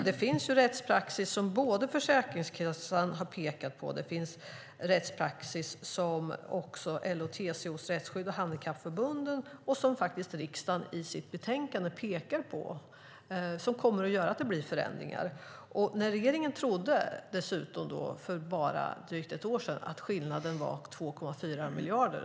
Det finns rättspraxis som Försäkringskassan har pekat på, och det finns rättspraxis som LO:s och TCO:s rättsskydd, handikappförbunden och riksdagen i sitt betänkande pekar på som kommer att göra att det blir förändringar. Regeringen trodde dessutom för bara drygt ett år sedan att skillnaden var 2,4 miljarder.